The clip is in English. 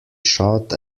shot